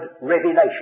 Revelation